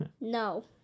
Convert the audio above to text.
No